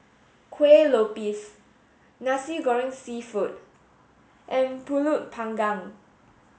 Kuih Lopes Nasi Goreng seafood and Pulut panggang